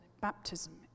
baptism